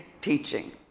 teaching